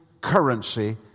currency